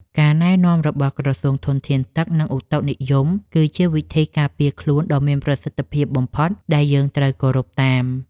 ការណែនាំរបស់ក្រសួងធនធានទឹក និងឧតុនិយមគឺជាវិធីការពារខ្លួនដ៏មានប្រសិទ្ធភាពបំផុតដែលយើងត្រូវគោរពតាម។